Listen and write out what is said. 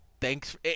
thanks